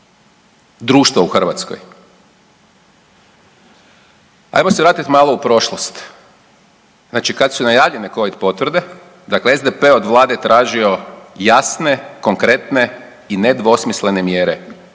društva u Hrvatskoj. Ajmo se vratit malo u prošlost. Znači kad su najavljene covid potvrde, dakle SDP je od vlade tražio jasne, konkretne i nedvosmislene mjere s